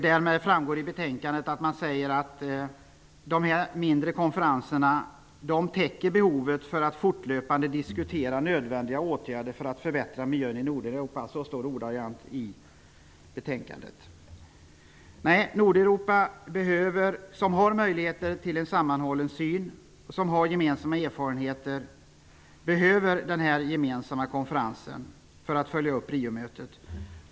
Det framhålls i betänkandet att de mindre konferenserna ''täcker behovet för att fortlöpande diskutera nödvändiga åtgärder för att förbättra miljön i Nordeuropa''. Jag menar i stället att man i Nordeuropa, där man har möjligheter att skapa en gemensam syn och har gemensamma erfarenhter, behöver en gemensam konferens för att följa upp Rio-mötet.